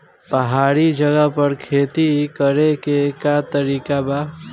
पहाड़ी जगह पर खेती करे के का तरीका बा?